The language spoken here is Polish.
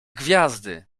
gwiazdy